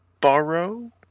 borrow